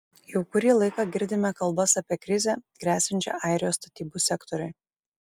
jau kurį laiką girdime kalbas apie krizę gresiančią airijos statybų sektoriui